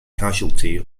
casualty